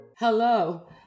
Hello